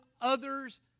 others